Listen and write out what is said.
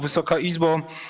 Wysoka Izbo!